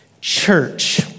Church